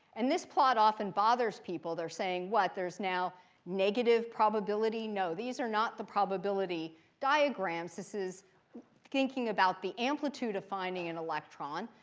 and this plot often bothers people. they're saying, what, there's now negative probability? no, these are not the probability diagrams. this is thinking about the amplitude of finding an electron.